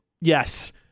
yes